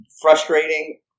frustrating –